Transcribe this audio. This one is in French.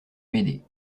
m’aider